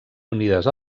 unides